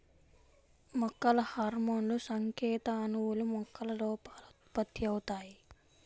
మొక్కల హార్మోన్లుసంకేత అణువులు, మొక్కల లోపల ఉత్పత్తి అవుతాయి